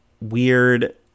weird